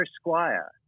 Squire